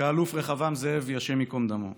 כאלוף רחבעם זאבי, השם ייקום דמו.